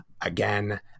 again